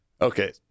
Okay